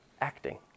acting